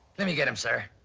let me get him, sir.